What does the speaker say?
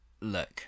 look